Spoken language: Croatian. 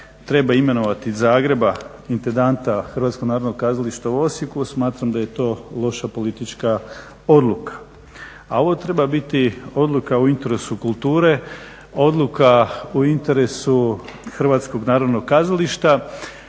treba imenovati iz Zagreba intendanta Hrvatskog narodnog kazališta u Osijeku smatram da je to loša politička odluka. A ovo treba biti odluka u interesu kulture, odluka u interesu Hrvatskog narodnog kazališta